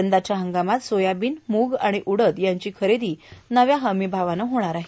यंदाच्या हंगामात सोयाबीन मूग आणि उडीद यांची खरेदी हमीभावानं होणार आहे